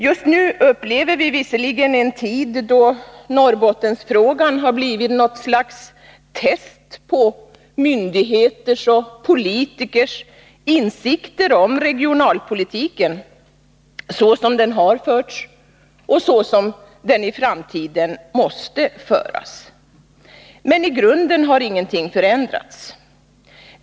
Just nu upplever vi visserligen en tid då Norrbottenfrågan har blivit något slags test på myndigheters och politikers insikter om regionalpolitiken — såsom den har förts och såsom den i framtiden måste föras. Men i grunden har ingenting förändrats.